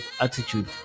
attitude